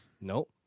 Nope